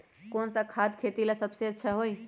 कौन सा खाद खेती ला सबसे अच्छा होई?